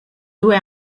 due